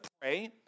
pray